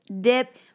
dip